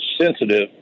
sensitive